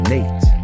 Nate